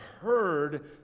heard